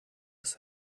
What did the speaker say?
ist